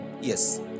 yes